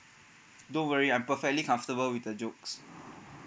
don't worry I'm perfectly comfortable with the jokes